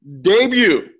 debut